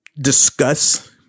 discuss